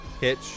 Hitch